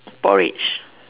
porridge